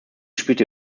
spielte